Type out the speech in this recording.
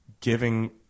giving